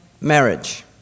marriage